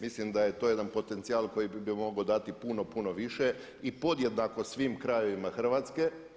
Mislim da je to jedan potencijal koji bi mogao dati puno, puno više i podjednako svim krajevima Hrvatske.